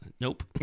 Nope